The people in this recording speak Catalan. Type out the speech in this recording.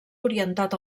orientat